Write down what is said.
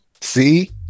See